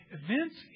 events